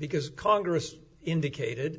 because congress indicated